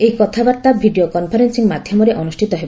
ଏହି କଥାବାର୍ତ୍ତା video conferencing ମାଧ୍ୟମରେ ଅନୁଷ୍ଠିତ ହେବ